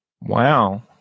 Wow